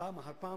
שנרדמה בשמירה.